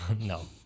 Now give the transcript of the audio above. No